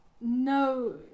no